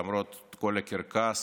למרות כל הקרקס,